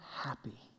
happy